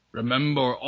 remember